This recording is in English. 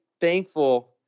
thankful